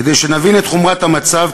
כדי שנבין את חומרת המצב,